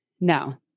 No